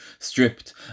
stripped